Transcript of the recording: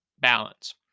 balance